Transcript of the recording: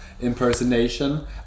impersonation